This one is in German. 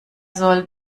soll